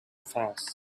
fast